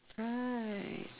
right